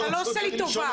אתה לא עושה לי טובה.